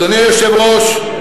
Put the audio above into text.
אדוני היושב-ראש,